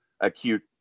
acute